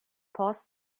paused